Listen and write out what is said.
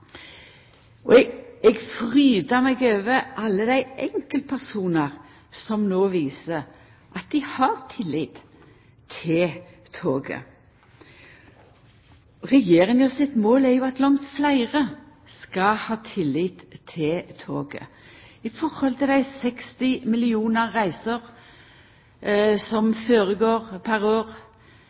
Og eg frydar meg over alle dei enkeltpersonane som no viser at dei har tillit til toget. Regjeringa sitt mål er jo at langt fleire skal ha tillit til toget. 60 millionar reiser går føre seg pr. år, og 80 000, mange av dei pendlarar, reiser